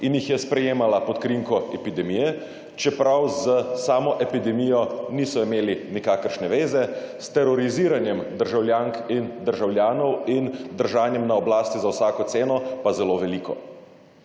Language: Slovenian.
In jih je sprejemala pod krinko epidemije, čeprav s samo epidemijo niso imeli nikakršne veze, s teroriziranjem državljank in državljanov in držanjem na oblasti za vsako ceno pa zelo veliko.